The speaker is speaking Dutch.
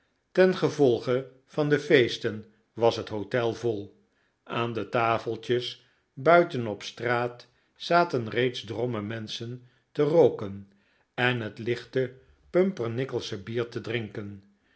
ten gevolge van de feesten was het hotel vol aan de tafeltjes buiten op straat zaten reeds drommen menschen te rooken en het lichte pumpernickelsche bier te drinken